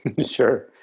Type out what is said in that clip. Sure